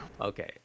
okay